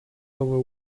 over